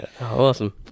Awesome